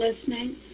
listening